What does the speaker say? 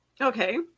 Okay